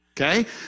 okay